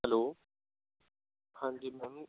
hello ਹਾਂਜੀ ma'am